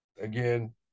Again